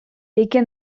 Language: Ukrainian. яке